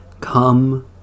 Come